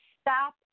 stop